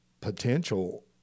potential